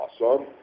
Awesome